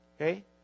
Okay